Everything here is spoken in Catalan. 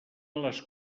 les